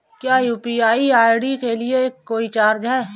क्या UPI ID के लिए कोई चार्ज है?